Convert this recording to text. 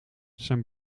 zijn